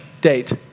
date